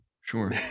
Sure